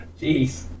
jeez